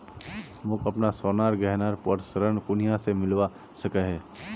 मोक अपना सोनार गहनार पोर ऋण कुनियाँ से मिलवा सको हो?